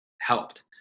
helped